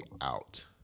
Out